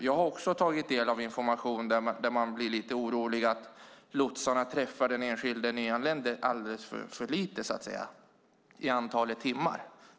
Jag har också tagit del av information som gör att jag blir lite orolig för att lotsarna träffar den enskilda nyanlända alldeles för få timmar.